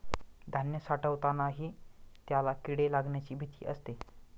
धान्य साठवतानाही त्याला किडे लागण्याची भीती असते